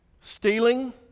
Stealing